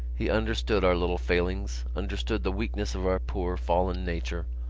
he understood our little failings, understood the weakness of our poor fallen nature,